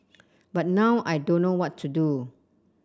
but now I don't know what to do